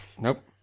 Nope